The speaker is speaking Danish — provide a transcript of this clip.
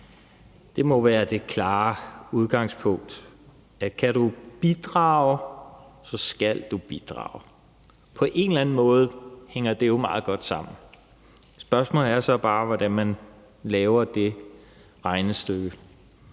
Det må være det klare udgangspunkt: at kan du bidrage, så skal du bidrage. På en eller anden måde hænger det jo meget godt sammen. Spørgsmålet er så bare, hvordan man laver det regnestykke.